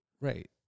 Right